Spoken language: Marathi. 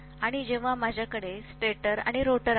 आणि जेव्हा माझ्याकडे स्टेटर आणि रोटर आहेत